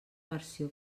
versió